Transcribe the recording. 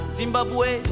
Zimbabwe